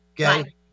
Okay